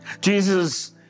Jesus